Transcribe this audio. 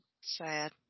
Sad